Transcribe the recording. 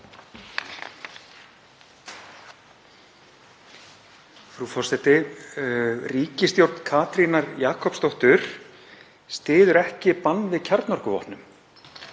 Frú forseti. Ríkisstjórn Katrínar Jakobsdóttur styður ekki bann við kjarnorkuvopnum.